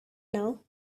now